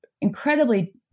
incredibly